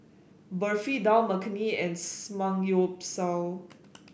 Barfi Dal Makhani and Samgyeopsal